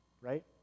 right